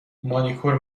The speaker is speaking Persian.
مانیکور